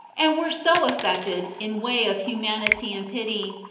and were so affected, in way of humanity and pity,